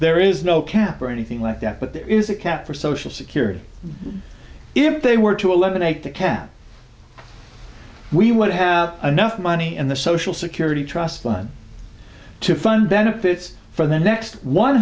there is no cap or anything like that but there is a cap for social security if they were to eliminate the can we would have enough money in the social security trust fund to fund benefits for the next one